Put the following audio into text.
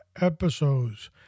episodes